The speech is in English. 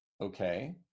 okay